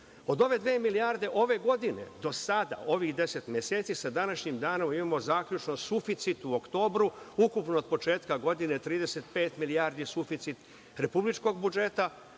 Od ove dve milijarde ove godine do sada, ovih 10 meseci sa današnjim danom imamo zaključno suficit u oktobru, ukupno od početka godine 35 milijardi suficita republičkog budžeta,